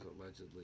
allegedly